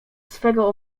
swego